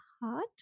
heart